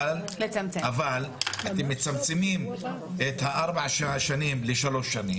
אבל אתם מצמצמים את ארבעת השנים לשלוש שנים,